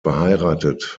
verheiratet